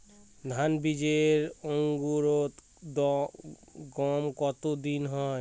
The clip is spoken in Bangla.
ধান বীজের অঙ্কুরোদগম কত দিনে হয়?